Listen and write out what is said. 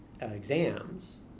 exams